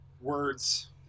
words